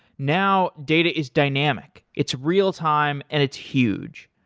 now, data is dynamic. it's real-time and it's huge.